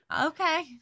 Okay